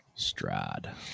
Strad